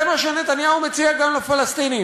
זה מה שנתניהו מציע גם לפלסטינים.